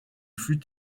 fut